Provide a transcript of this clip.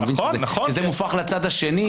אתה מבין שזה מופרך לצד השני.